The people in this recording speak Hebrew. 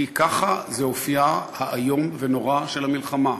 כי ככה זה אופייה האיום ונורא של המלחמה.